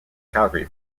calgary